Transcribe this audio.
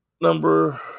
Number